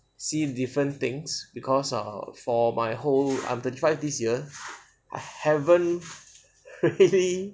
see different things because of for my whole I'm thirty five this year haven't really